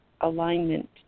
alignment